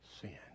sin